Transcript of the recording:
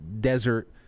desert